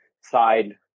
side